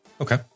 Okay